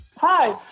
Hi